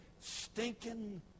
stinking